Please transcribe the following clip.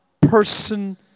person